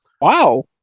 wow